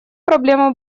проблема